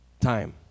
time